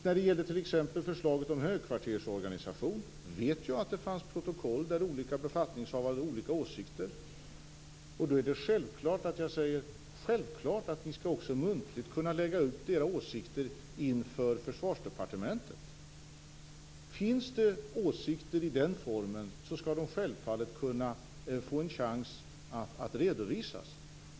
När det gäller förslaget om högkvartersorganisation t.ex. vet jag att det fanns protokoll där olika befattningshavare hade olika åsikter. Det är självklart att jag då säger: Självklart skall ni också muntligt kunna lägga ut era åsikter inför Försvarsdepartementet. Om det finns åsikter i den formen skall de självfallet få en chans att redovisas.